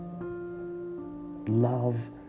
love